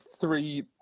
three